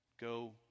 go